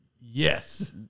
yes